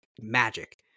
magic